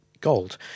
gold